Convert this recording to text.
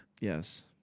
Yes